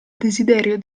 desiderio